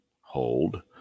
Hold